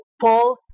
Paul